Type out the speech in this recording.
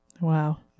Wow